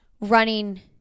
running